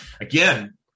again